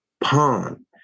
pawn